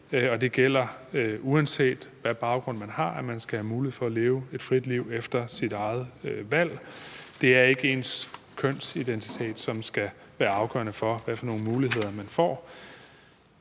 det gælder, uanset hvad baggrund man har, at man skal have mulighed for at leve et frit liv efter sit eget valg. Det er ikke ens kønsidentitet, som skal være afgørende for, hvad for nogle muligheder man får.